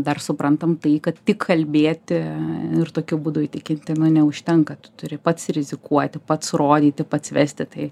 dar suprantam tai kad tik kalbėti ir tokiu būdu įtikinti nu neužtenka tu turi pats rizikuoti pats rodyti pats vesti tai